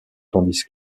tandis